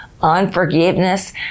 unforgiveness